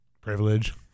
Privilege